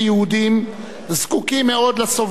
זקוקים מאוד לסובלנות הזאת,